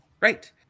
Right